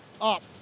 Up